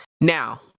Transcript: Now